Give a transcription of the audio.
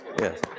Yes